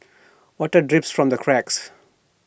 water drips from the cracks